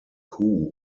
coup